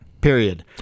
Period